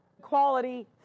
quality